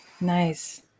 Nice